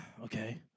Okay